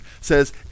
says